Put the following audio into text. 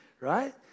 right